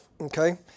Okay